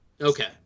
Okay